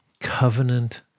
Covenant